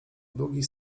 długich